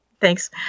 Thanks